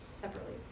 separately